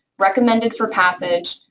recommended for passage,